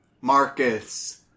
Marcus